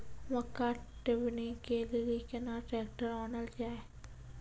मक्का टेबनी के लेली केना ट्रैक्टर ओनल जाय?